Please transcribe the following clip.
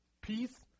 peace